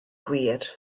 gwir